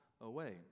away